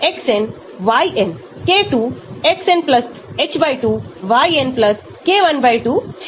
तो हम बाईं ओर एक QSAR गतिविधि कर सकते हैं जिसमें इलेक्ट्रॉनिक steric और log p से संबंधित टर्म हो सकते हैं